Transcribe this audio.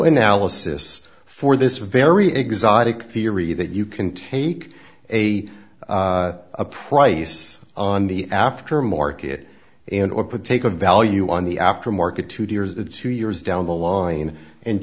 analysis for this very exotic theory that you can take a a price on the after market and or put take a value on the after market to two years of two years down the line and